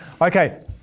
Okay